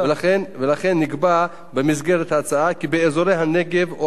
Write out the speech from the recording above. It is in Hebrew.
נקבע במסגרת ההצעה כי באזורי הנגב או הגליל,